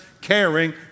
caring